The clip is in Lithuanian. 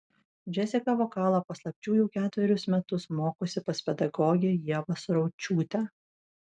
džesika vokalo paslapčių jau ketverius metus mokosi pas pedagogę ievą suraučiūtę